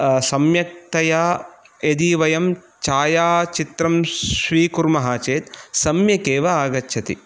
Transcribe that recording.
सम्यक्ततया यदि वयं छायाचित्रं स्वीकुर्मः चेत् सम्यक् एव आगच्छति